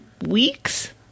weeks